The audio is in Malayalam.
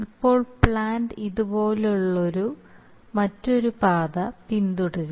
ഇപ്പോൾ പ്ലാന്റ് ഇതുപോലുള്ള മറ്റൊരു പാത പിന്തുടരും